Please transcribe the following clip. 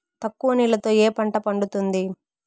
తక్కువ నీళ్లతో ఏ పంట పండుతుంది?